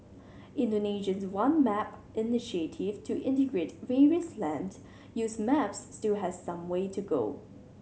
Indonesia's One Map initiative to integrate various land use maps still has some way to go